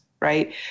right